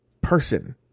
person